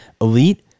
Elite